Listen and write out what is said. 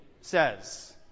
says